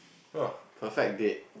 uh perfect date